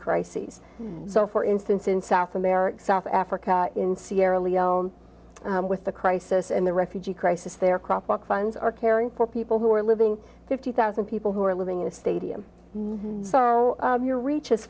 crises so for instance in south america south africa in sierra leone with the crisis and the refugee crisis there crop walk funds are caring for people who are living fifty thousand people who are living in a stadium borrow your reach